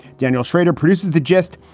daniel schrader produces the gist.